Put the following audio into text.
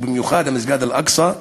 ובמיוחד על מסגד אל-אקצא,